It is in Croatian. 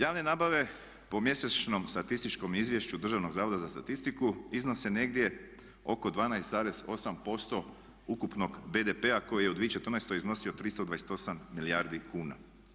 Javne nabave po mjesečnom statističkom izvješću Državnog zavoda za statistiku iznose negdje oko 12,8% ukupnog BDP-a koji je u 2014. iznosio 328 milijardi kuna.